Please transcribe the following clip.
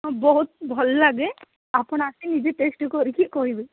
ହଁ ବହୁତ ଭଲ ଲାଗେ ଆପଣ ଆସିକି ନିଜେ ଟେଷ୍ଟ୍ କରିକି କହିବେ